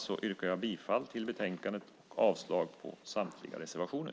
Jag yrkar bifall till förslaget i betänkandet och avslag på samtliga reservationer.